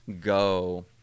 go